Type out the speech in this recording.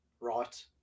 right